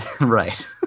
Right